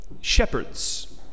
shepherds